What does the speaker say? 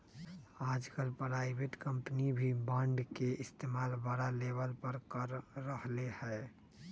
आजकल private company भी bond के इस्तेमाल बड़ा लेवल पर कर रहले है